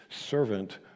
servant